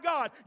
God